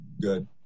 Good